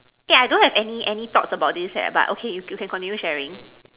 eh I don't have any any thoughts about this eh but okay you you can continue sharing